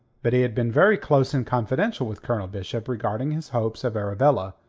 but he had been very close and confidential with colonel bishop regarding his hopes of arabella,